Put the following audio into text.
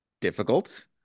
difficult